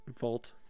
vault